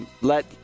Let